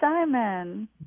Simon